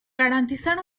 garantizar